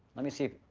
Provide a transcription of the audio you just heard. let me see,